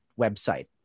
website